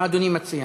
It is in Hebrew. מה אדוני מציע?